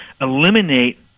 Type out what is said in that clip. Eliminate